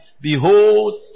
Behold